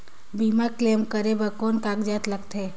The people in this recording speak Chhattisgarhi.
बीमा क्लेम करे बर कौन कागजात लगथे?